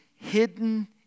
hidden